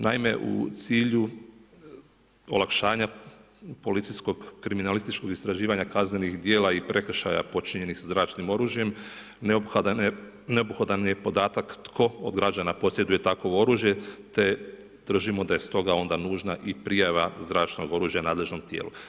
Naime u cilju olakšanja policijskog kriminalističkog istraživanja kaznenih djela i prekršaja počinjenih sa zračnim oružjem, neophodan je podatak tko od građana posjeduje takovo oružje te držimo da je stoga onda nužna i prijava zračnog oružja nadležnom tijelu.